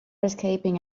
escaping